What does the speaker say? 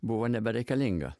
buvo nebereikalinga